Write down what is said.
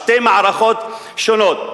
בשתי מערכות שונות.